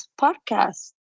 podcast